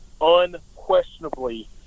unquestionably